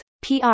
PR